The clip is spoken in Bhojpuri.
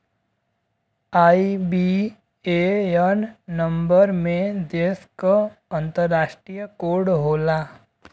आई.बी.ए.एन नंबर में देश क अंतरराष्ट्रीय कोड होला